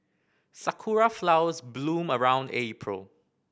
sakura flowers bloom around April